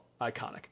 Iconic